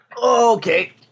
Okay